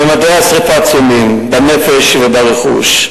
ממדי השרפה עצומים, הפגיעה בנפש וברכוש,